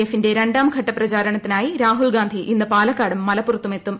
എഫിന്റെ രണ്ടാം ഘട്ട പ്രചാരണത്തിനായി രാഹുൽഗാന്ധി ഇന്ന് പാലക്കാടും മലപ്പുറത്തും എത്തും